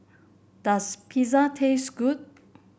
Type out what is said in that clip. does Pizza taste good